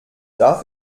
darf